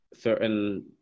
certain